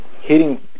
hitting